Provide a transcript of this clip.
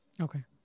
Okay